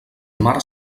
mar